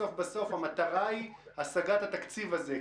בסוף המטרה היא השגת התקציב הזה,